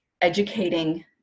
educating